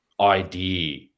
idea